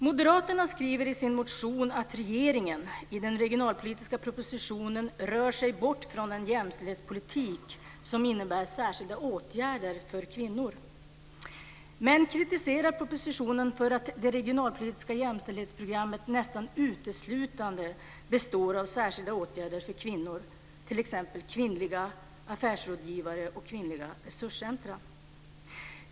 Moderaterna skriver i sin motion att regeringen i den regionalpolitiska propositionen rör sig bort från en jämställdhetspolitik som innebär särskilda åtgärder för kvinnor. Men moderaterna kritiserar propositionen för att det regionalpolitiska jämställdhetsprogrammet nästan uteslutande består av särskilda åtgärder för kvinnor - t.ex. affärsrådgivare för kvinnor och resurscentrum för kvinnor.